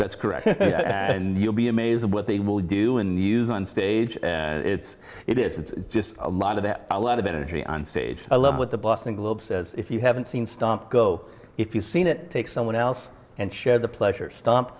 that's correct and you'll be amazed at what they will do in the use onstage it's it is it's just a lot of that a lot of energy on stage i love what the boston globe says if you haven't seen stomp go if you've seen it take someone else and share the pleasure stomp